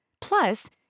Plus